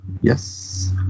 Yes